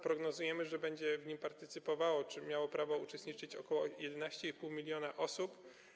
Prognozujemy, że będzie w nim partycypowało czy miało prawo uczestniczyć ok. 11,5 mln osób.